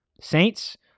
Saints